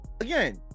again